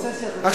"אבססיה" זה פצע.